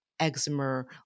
eczema